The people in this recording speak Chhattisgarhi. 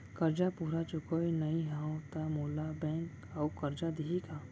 करजा पूरा चुकोय नई हव त मोला बैंक अऊ करजा दिही का?